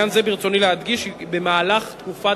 בעניין זה ברצוני להדגיש כי במהלך תקופת